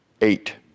eight